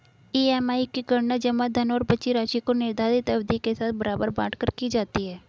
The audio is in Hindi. ई.एम.आई की गणना जमा धन और बची राशि को निर्धारित अवधि के साथ बराबर बाँट कर की जाती है